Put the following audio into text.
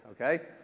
okay